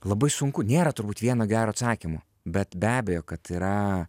labai sunku nėra turbūt vieno gero atsakymo bet be abejo kad yra